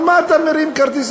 על מה אתה מרים כרטיס?